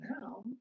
now